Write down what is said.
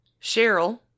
Cheryl